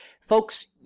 folks